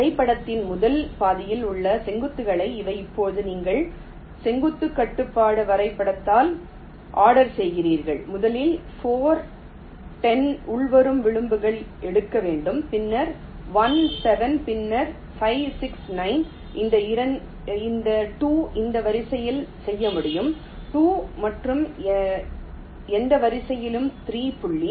வரைபடத்தின் முதல் பாதையில் உள்ள செங்குத்துகள் இவை இப்போது நீங்கள் செங்குத்து கட்டுப்பாட்டு வரைபடத்தால் ஆர்டர் செய்கிறீர்கள் முதலில் 4 10 உள்வரும் விளிம்புகளை எடுக்க வேண்டும் பின்னர் 1 7 பின்னர் 5 6 9 இந்த 2 எந்த வரிசையிலும் செய்ய முடியும் 2 மற்றும் எந்த வரிசையிலும் 3 புள்ளி